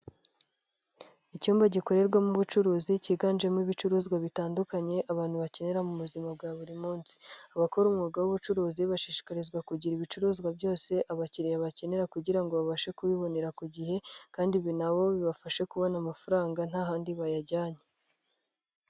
Icyumba gikorerwamo ubucuruzi cyiganjemo ibicuruzwa bitandukanye abantu bakenera mu buzima bwa buri munsi. Abakora umwuga w'ubucuruzi bashishikarizwa kugira ibicuruzwa byose abakiriya bakenera kugira ngo babashe kubibonera ku gihe kandi na bo bibashe kubona amafaranga nta handi bayajyanye.